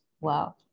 Wow